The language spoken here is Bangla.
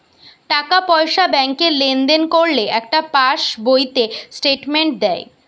টাকা পয়সা ব্যাংকে লেনদেন করলে একটা পাশ বইতে স্টেটমেন্ট দেয়